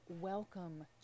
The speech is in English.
welcome